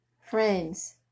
friends